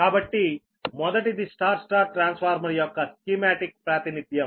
కాబట్టి మొదటిది Y Y transformer యొక్క స్కీమాటిక్ ప్రాతినిధ్యం